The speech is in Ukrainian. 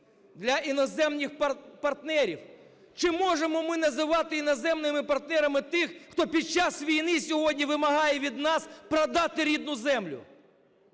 для іноземних партнерів. Чи можемо ми називати іноземними партнерами тих, хто під час війни сьогодні вимагає від нас продати рідну землю?